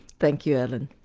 thank you, alan.